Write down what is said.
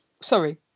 sorry